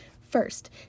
First